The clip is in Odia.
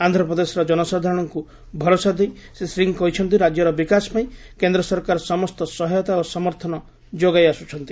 ଆନ୍ଧ୍ରପ୍ରଦେଶର ଜନସାଧାରଣଙ୍କୁ ଭରସା ଦେଇ ଶ୍ରୀ ସିଂ କହିଛନ୍ତି ରାଜ୍ୟର ବିକାଶପାଇଁ କେନ୍ଦ୍ର ସରକାର ସମସ୍ତ ସହାୟତା ଓ ସମର୍ଥନ ଯୋଗାଇ ଆସ୍କୁଛନ୍ତି